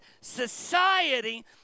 Society